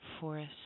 forest